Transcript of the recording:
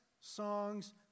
songs